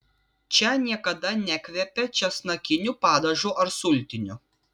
čia niekada nekvepia česnakiniu padažu ar sultiniu